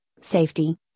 safety